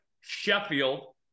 Sheffield